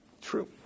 True